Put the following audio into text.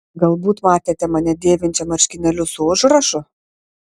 galbūt matėte mane dėvinčią marškinėlius su užrašu